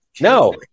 No